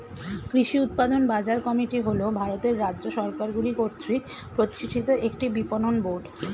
কৃষি উৎপাদন বাজার কমিটি হল ভারতের রাজ্য সরকারগুলি কর্তৃক প্রতিষ্ঠিত একটি বিপণন বোর্ড